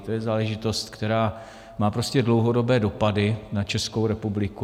To je záležitost, která má prostě dlouhodobé dopady na Českou republiku.